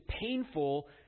painful